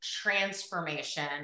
transformation